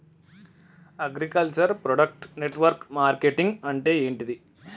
Agriculture product network marketing అంటే ఏంది?